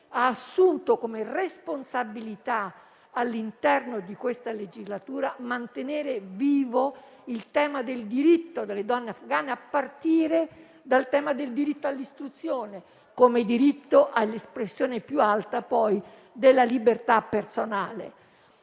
ha assunto come responsabilità all'interno di questa legislatura quella di mantenere vivo il tema del diritto delle donne afghane, a partire dal diritto all'istruzione come diritto all'espressione più alta della libertà personale.